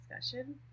discussion